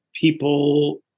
people